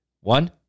One